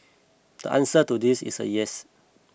the answer to this is yes